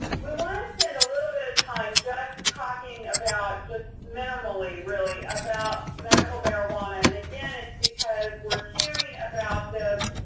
we want to spend a little bit of time just talking about, just minimally, really, about medical marijuana. and it's because we're hearing about this,